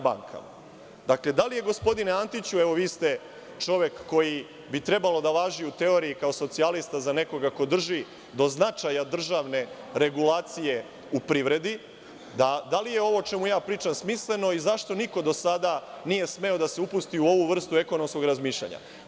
Dakle, gospodine Antiću, evo, kao socijalista, vi ste čovek koji bi trebalo da važi, u teoriji, za nekoga ko drži do značaja državne regulacije u privredi, da li je ovo o čemu ja pričam smisleno i zašto niko do sada nije smeo da se upusti u ovu vrstu ekonomskog razmišljanja?